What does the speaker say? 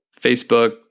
Facebook